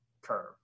curve